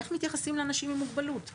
איך מתייחסים לאנשים עם מוגבלות וכו'